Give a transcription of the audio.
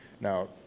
Now